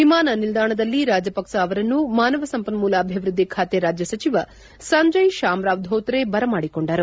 ವಿಮಾನ ನಿಲ್ದಾಣದಲ್ಲಿ ರಾಜಪಕ್ಷ ಅವರನ್ನು ಮಾನವ ಸಂಪನ್ಮೂಲ ಅಭಿವೃದ್ದಿ ಖಾತೆ ರಾಜ್ಯ ಸಚಿವ ಸಂಜಯ್ ಶಾಮರಾವ್ ಧೋತ್ರೆ ಬರಮಾಡಿಕೊಂಡರು